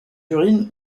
urines